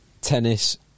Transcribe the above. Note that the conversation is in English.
tennis